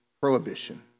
prohibition